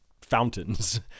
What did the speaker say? fountains